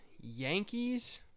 Yankees